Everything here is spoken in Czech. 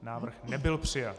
Návrh nebyl přijat.